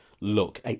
look